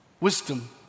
Wisdom